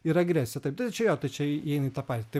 ir agresija taip tai čia jo tai čia įeina tą patį tai